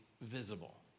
visible